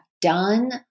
done